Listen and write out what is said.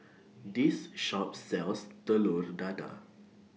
This Shop sells Telur Dadah